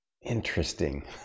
Interesting